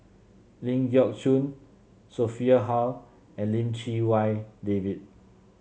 Ling Geok Choon Sophia Hull and Lim Chee Wai David